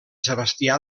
sebastià